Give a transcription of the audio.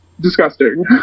Disgusting